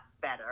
better